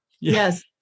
Yes